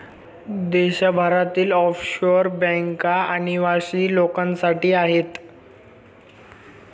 देशभरातील ऑफशोअर बँका अनिवासी लोकांसाठी आहेत